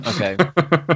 Okay